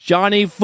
Johnny